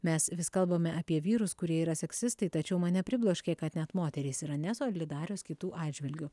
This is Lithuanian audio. mes vis kalbame apie vyrus kurie yra seksistai tačiau mane pribloškė kad net moterys yra nesolidarios kitų atžvilgiu